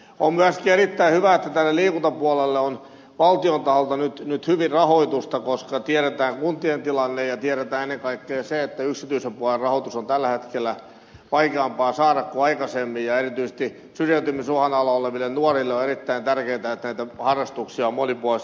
on myöskin erittäin hyvä että tänne liikuntapuolelle on valtion taholta nyt hyvin rahoitusta koska tiedetään kuntien tilanne ja tiedetään ennen kaikkea se että yksityisen puolen rahoitus on tällä hetkellä vaikeampaa saada kuin aikaisemmin ja erityisesti syrjäytymisuhan alaisille nuorille on erittäin tärkeää että näitä harrastuksia on monipuolisesti tarjolla